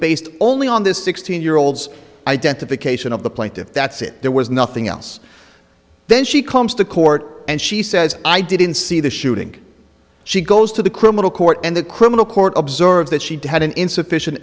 based only on this sixteen year old's identification of the plaintiff that's it there was nothing else then she comes to court and she says i didn't see the shooting she goes to the criminal court and the criminal court observes that she had an insufficient